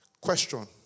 Question